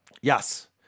Yes